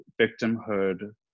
victimhood